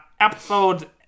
Episode